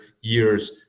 years